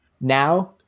now